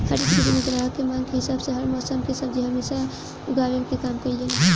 हरित गृह में ग्राहक के मांग के हिसाब से हर मौसम के सब्जी हमेशा उगावे के काम कईल जाला